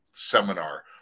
Seminar